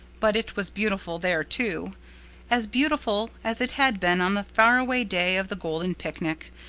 but it was beautiful there, too as beautiful as it had been on the faraway day of the golden picnic,